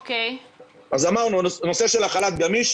אז אמרנו: הנושא של החל"ת הגמיש,